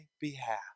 behalf